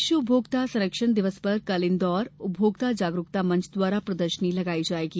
विश्व उपभोक्ता संरक्षण दिवस पर कल इंदौर उपभोक्ता जागरुकता मंच द्वारा प्रदर्शनी लगाई जायेगी